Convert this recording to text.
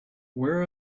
where